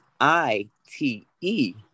i-t-e